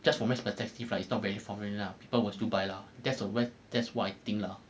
just from a maths perspective lah it's not very lah people will still buy lah that's why that's what I think lah